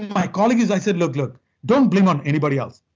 my colleague is. i say, look look don't blame on anybody else.